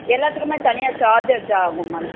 எல்லாத்துக்கும் தனியாக சார்ஜஸ் ஆகும் மேம்